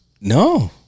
No